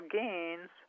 gains